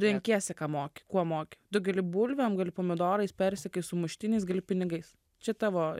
renkiesi ką moki kuo moki tu gali bulvėm gali pomidorais persikais sumuštinis gali pinigais čia tavo